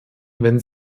wenn